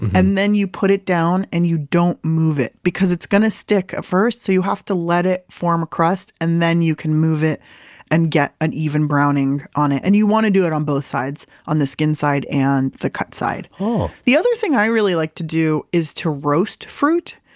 and then you put it down and you don't move it because it's going to stick at first. so, you have to let it form a crust and then you can move it and get an even browning on it. and you want to do it on both sides, on the skin side and the cut side oh the other thing i really like to do is to roast fruit,